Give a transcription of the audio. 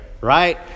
right